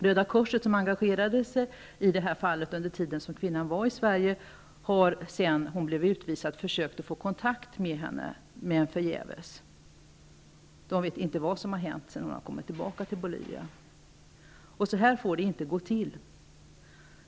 Röda korset, som engagerade sig i fallet under den tid som kvinnan vistades i Sverige, har sedan hon blev utvisad försökt få kontakt med henne, men detta har varit förgäves. Man vet inte vad som hänt med kvinnan sedan hon återvände till Bolivia. Så här får det inte gå till!